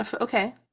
Okay